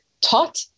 taught